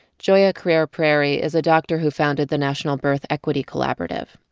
joia crear-perry is a doctor who founded the national birth equity collaborative.